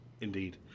Indeed